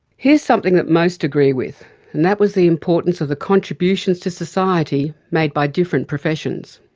here's something that most agreed with and that was the importance of the contributions to society made by different professions.